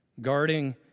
guarding